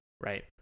Right